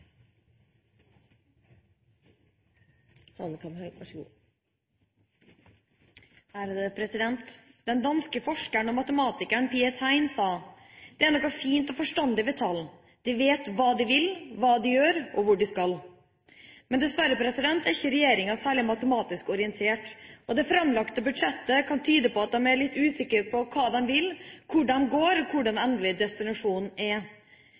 og de gør, hvad de skal.» Dessverre er ikke regjeringa særlig matematisk orientert. Det framlagte budsjettet kan tyde på at de er litt usikre på hva de vil, hvor de går, og hvor